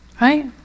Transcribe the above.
right